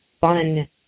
fun